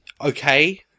Okay